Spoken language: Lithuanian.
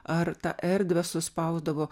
ar tą erdvę suspausdavo